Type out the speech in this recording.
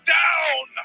down